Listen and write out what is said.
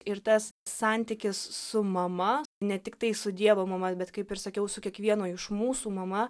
ir tas santykis su mama ne tiktai su dievo mama bet kaip ir sakiau su kiekvieno iš mūsų mama